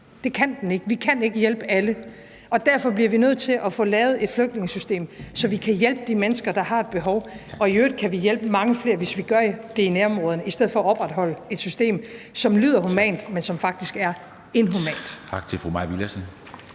Det kan den ikke; vi kan ikke hjælpe alle. Og derfor bliver vi nødt til at få lavet et flygtningesystem, så vi kan hjælpe de mennesker, der har et behov. Og i øvrigt kan vi hjælpe mange flere, hvis vi gør det i nærområderne i stedet for at opretholde et system, som lyder humant, men som faktisk er inhumant.